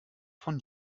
von